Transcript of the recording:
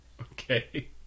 Okay